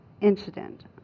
incident